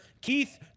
Keith